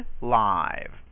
live